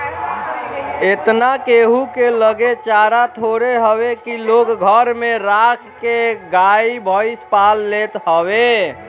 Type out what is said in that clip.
एतना केहू के लगे चारा थोड़े हवे की लोग घरे में राख के गाई भईस पाल लेत हवे